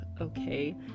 okay